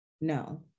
No